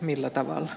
millä tavalla